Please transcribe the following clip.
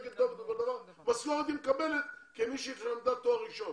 כאל דוקטור ובסוף היא מקבלת משכורת כמי שלמדה תואר ראשון.